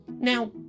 Now